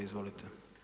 Izvolite.